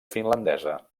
finlandesa